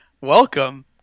Welcome